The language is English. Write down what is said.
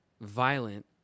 violent